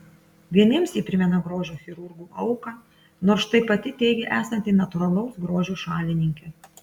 vieniems ji primena grožio chirurgų auką nors štai pati teigia esanti natūralaus grožio šalininkė